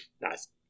Nice